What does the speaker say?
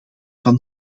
van